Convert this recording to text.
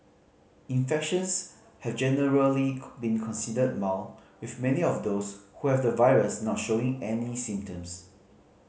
infections have generally been considered mild with many of those who have the virus not showing any symptoms